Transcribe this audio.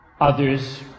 others